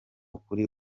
kuri